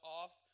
off